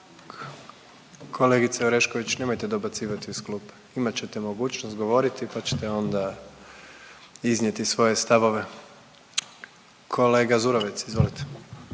Kolegice Orešković nemojte dobacivati iz klupe. Imat ćete mogućnost govoriti, pa ćete onda iznijeti svoje stavove. Kolega Zurovec, izvolite.